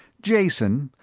jason,